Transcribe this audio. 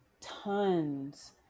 tons